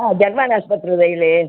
ಹಾಂ ಜರ್ಮನ್ ಆಸ್ಪತ್ರೆ ಅದ ಇಲ್ಲಿ